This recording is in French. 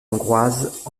hongroise